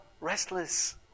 restless